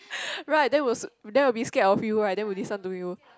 right then will then will be scared of you right then will listen to you